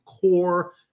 core